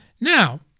Now